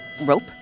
Rope